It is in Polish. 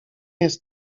jest